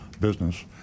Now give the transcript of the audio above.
business